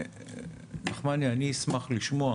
נחמני, אני אשמח לשמוע